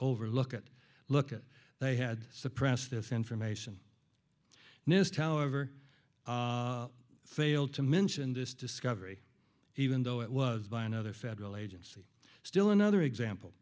over look at look at it they had suppressed this information nist however failed to mention this discovery even though it was by another federal agency still another example